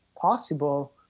possible